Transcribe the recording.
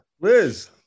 Liz